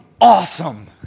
awesome